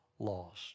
lost